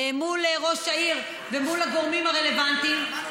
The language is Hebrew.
מול ראש העיר ומול הגורמים הרלוונטיים.